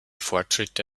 fortschritte